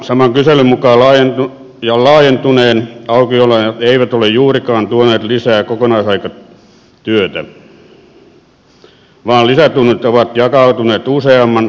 saman kyselyn mukaan laajentuneet aukioloajat eivät ole juurikaan tuoneet lisää kokoaikatyötä vaan lisätunnit ovat jakautuneet useamman työntekijän kesken